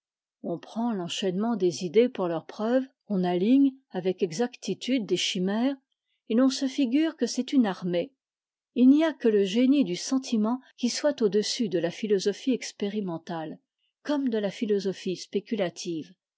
on prend l'enchaînement des idées pour leur preuve on aligne avec exactitude des chimères et ton se figure que c'est une armée h n'y a que le génie du sentiment qui soit au-dessus de iaphitosophie expérimentale comme de la philosophie spéculative